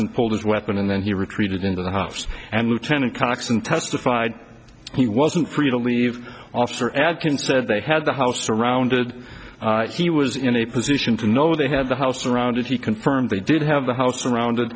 and pulled his weapon and then he retreated into the house and lieutenant cox and testified he wasn't free to leave officer adkins said they had the house surrounded he was in a position to know they had the house surrounded he confirmed they did have the house surround